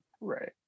right